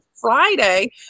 Friday